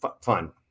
fine